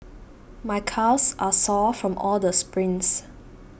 my calves are sore from all the sprints